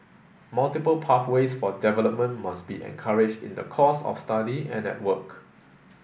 multiple pathways for development must be encouraged in the course of study and at work